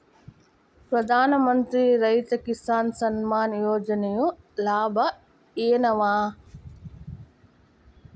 ಪ್ರಧಾನಮಂತ್ರಿ ರೈತ ಕಿಸಾನ್ ಸಮ್ಮಾನ ಯೋಜನೆಯ ಲಾಭ ಏನಪಾ?